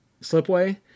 slipway